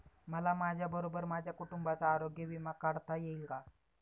मला माझ्याबरोबर माझ्या कुटुंबाचा आरोग्य विमा काढता येईल का?